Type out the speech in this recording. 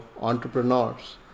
entrepreneurs